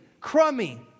crummy